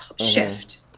shift